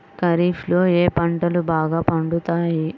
ఖరీఫ్లో ఏ పంటలు బాగా పండుతాయి?